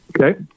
Okay